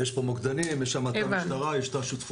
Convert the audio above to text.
יש פה מוקדנים, יש תחנת משטרה, יש את השותפויות.